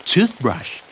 Toothbrush